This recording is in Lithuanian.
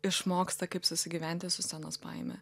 išmoksta kaip susigyventi su scenos baime